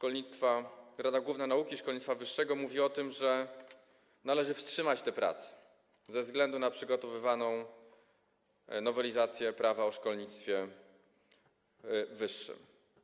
Ponadto Rada Główna Nauki i Szkolnictwa Wyższego stwierdza, że należy wstrzymać te prace ze względu na przygotowywaną nowelizację Prawa o szkolnictwie wyższym.